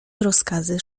rozkazy